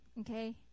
okay